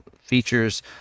Features